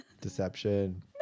Deception